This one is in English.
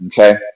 Okay